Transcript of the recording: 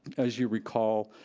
as you recall,